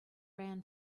ran